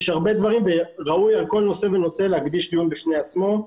יש הרבה דברים וראוי על כל נושא ונושא להקדיש דיון בפני עצמו.